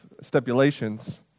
stipulations